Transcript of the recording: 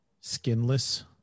skinless